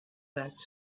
that